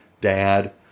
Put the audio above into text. Dad